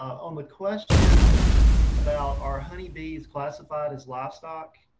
on the question about, are honeybees classified as livestock,